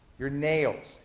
your nails,